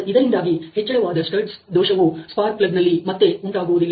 ಇದರಿಂದಾಗಿ ಹೆಚ್ಚಳವಾದ ಸ್ಟಡ್ಸ್ ದೋಷವು ಸ್ಪಾರ್ಕ್ ಪ್ಲಗ್ ನಲ್ಲಿ ಮತ್ತೆ ಉಂಟಾಗುವುದಿಲ್ಲ